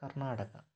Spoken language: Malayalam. കർണ്ണാടക